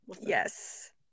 Yes